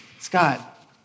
Scott